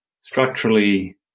structurally